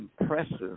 impressive